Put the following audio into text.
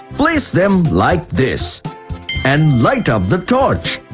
place them like this and light up the torch.